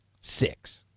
six